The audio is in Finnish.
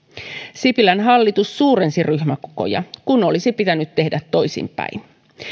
sipilän hallitus suurensi ryhmäkokoja kun olisi pitänyt tehdä toisinpäin